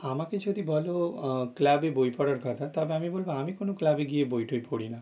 আমাকে যদি বলো ক্লাবে বই পড়ার কথা তবে আমি বলবো আমি কোনো ক্লাবে গিয়ে বই টই পড়ি না